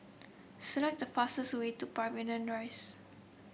select the fastest way to Pavilion Rise